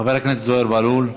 חבר הכנסת זוהיר בהלול,